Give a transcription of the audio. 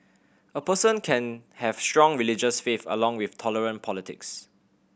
a person can have strong religious faith along with tolerant politics